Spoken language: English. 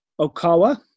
Okawa